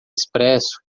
expresso